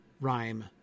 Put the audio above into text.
rhyme